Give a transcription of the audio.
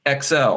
XL